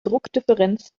druckdifferenz